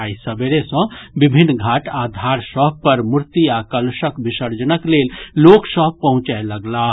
आइ सबेरे सँ विभिन्न घाट आ धार सभ पर मूर्ति आ कलशक विसर्जनक लेल लोक सभ पहुंचय लगलाह